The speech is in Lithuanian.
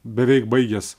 beveik baigęs